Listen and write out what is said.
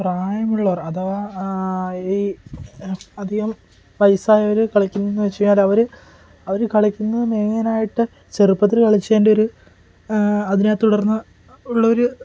പ്രായമുള്ളവർ അഥവാ ഈ അധികം വയസായവർ കളിക്കുന്നതെന്ന് വെച്ചുകഴിഞ്ഞാൽ അവർ അവർ കളിക്കുന്നത് മെയിനായിട്ട് ചെറുപ്പത്തിൽ കളിച്ചതിൻ്റെ ഒരു അതിനെ തുടർന്ന് ഉള്ളൊരു